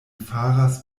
faras